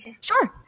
Sure